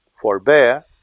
Forbear